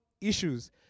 issues